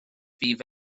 fydd